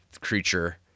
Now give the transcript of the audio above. creature